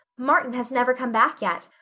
martin has never come back yet.